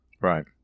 Right